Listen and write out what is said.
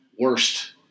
worst